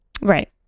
Right